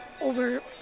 over